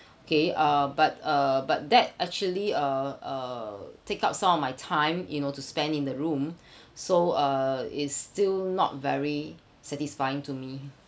okay uh but uh but that actually uh uh take up some of my time you know to spend in the room so uh it's still not very satisfying to me